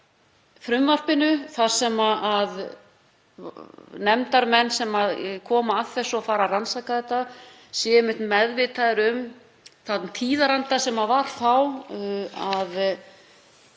frumvarpinu að nefndarmenn sem koma að þessu og fara að rannsaka þetta séu meðvitaðir um þann tíðaranda sem var þá en